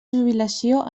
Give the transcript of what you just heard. jubilació